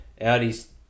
Audi's